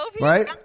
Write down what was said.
right